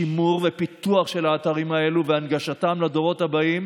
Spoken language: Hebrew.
שימור ופיתוח של האתרים האלה והנגשתם לדורות הבאים